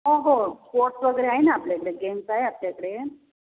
हो हो स्पोर्ट्स वगैरे आहे ना आपल्या इकडे गेम्स आहे आपल्याकडे